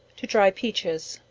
to dry peaches.